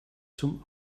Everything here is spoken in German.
zum